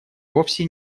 вовсе